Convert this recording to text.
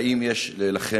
האם יש לכם,